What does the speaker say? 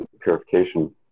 purification